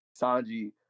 Sanji